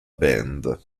band